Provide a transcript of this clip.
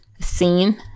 scene